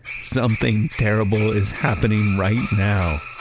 something terrible is happening right now.